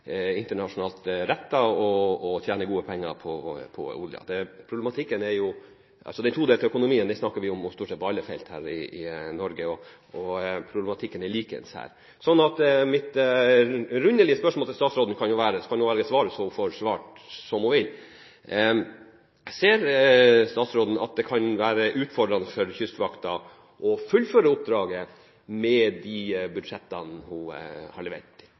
internasjonalt rettet, og som tjener gode penger på olje. Den todelte økonomien snakker vi om stort sett på alle felt her i Norge, og problematikken er den samme her. Så mitt rundelige spørsmål til statsråden kan jo være – så kan det være at hun får svart som hun vil: Ser statsråden at det kan være utfordrende for Kystvakten å fullføre oppdraget med de budsjettene hun har levert